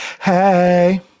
Hey